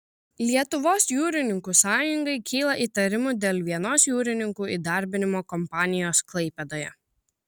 lietuvos jūrininkų sąjungai kyla įtarimų dėl vienos jūrininkų įdarbinimo kompanijos klaipėdoje